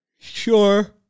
Sure